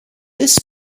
this